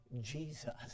Jesus